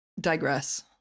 digress